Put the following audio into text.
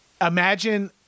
imagine